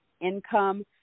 income